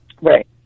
Right